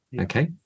Okay